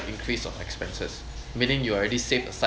increase of expenses meaning you already saved aside